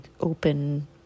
open